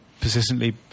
persistently